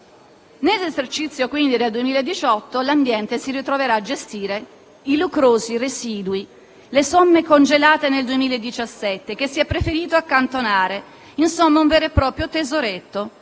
Ministero dell'ambiente si ritroverà a gestire i lucrosi residui, le somme congelate nel 2017, che si è preferito accantonare: insomma, un vero e proprio tesoretto